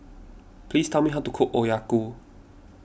please tell me how to cook